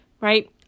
right